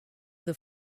the